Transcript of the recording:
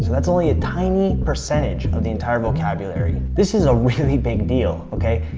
that's only a tiny percentage of the entire vocabulary. this is a really big deal, okay?